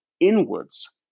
inwards